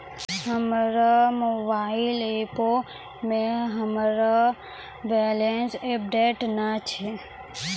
हमरो मोबाइल एपो मे हमरो बैलेंस अपडेट नै छै